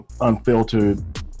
Unfiltered